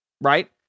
right